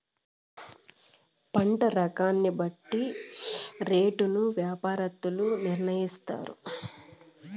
పంట రకాన్ని బట్టి రేటును యాపారత్తులు నిర్ణయిత్తారు